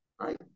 right